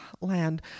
land